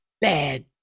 bad